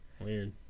Weird